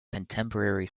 contemporary